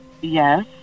yes